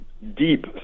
deep